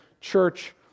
church